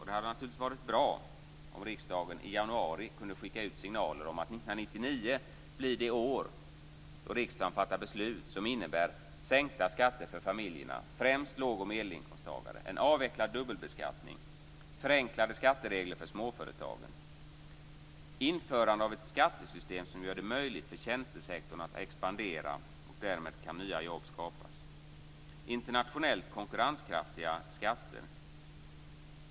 Det hade naturligtvis varit bra om riksdagen i januari hade kunnat skicka ut signaler om att 1999 blir det år då riksdagen fattar beslut som innebär: · införande av ett skattesystem som gör det möjligt för tjänstesektorn att expandera och därmed skapa nya jobb · internationellt konkurrenskraftiga skatter.